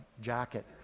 jacket